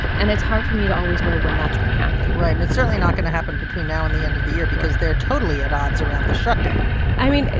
and it's hard for me to always know when that's going to happen right. and it's certainly not going to happen between and the end of the year because they're totally at odds around the shutdown i mean,